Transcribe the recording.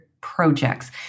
projects